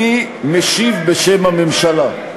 אני משיב בשם הממשלה.